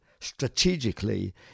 strategically